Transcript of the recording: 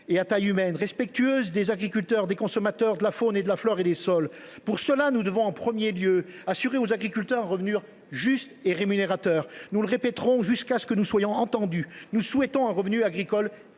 et à taille humaine, respectueuse des agriculteurs, des consommateurs, de la faune, de la flore et des sols. Pour cela, nous devons en premier lieu assurer aux agriculteurs un revenu juste et rémunérateur. Nous le répéterons jusqu’à ce que nous soyons entendus : nous souhaitons un revenu agricole